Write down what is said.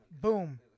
Boom